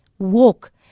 Walk